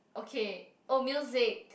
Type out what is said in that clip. okay oh music